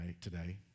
today